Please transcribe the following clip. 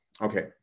Okay